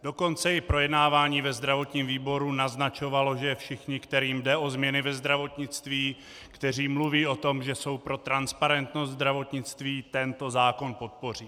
Dokonce i projednávání ve zdravotním výboru naznačovalo, že všichni, kterým jde o změny ve zdravotnictví, kteří mluví o tom, že jsou pro transparentnost zdravotnictví, tento zákon podpoří.